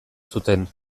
zuten